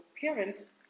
parents